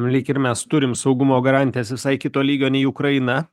lyg ir mes turim saugumo garantijas visai kito lygio nei ukraina